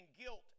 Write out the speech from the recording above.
guilt